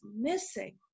missing